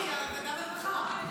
העבודה והרווחה.